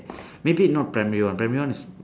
maybe not primary one primary one is